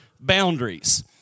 boundaries